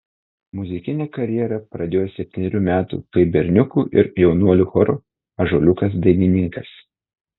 muzikinę karjerą pradėjo septynerių metų kaip berniukų ir jaunuolių choro ąžuoliukas dainininkas